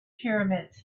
pyramids